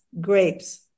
grapes